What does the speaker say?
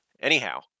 anyhow